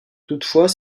toutefois